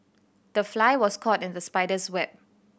the fly was caught in the spider's web